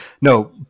No